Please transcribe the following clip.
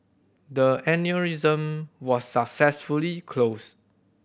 the aneurysm was successfully closed